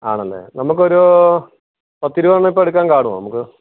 ആണല്ലേ നമുക്കൊരു പത്തിരുപത് എണ്ണം ഇപ്പം എടുക്കാൻ കാണുവോ നമുക്ക്